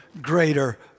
greater